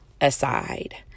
aside